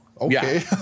okay